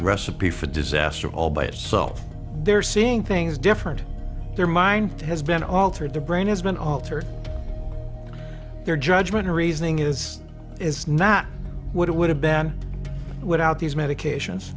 recipe for disaster all by itself they're seeing things different their mind has been altered their brain has been altered their judgment to reasoning is is not what it would have been without these medications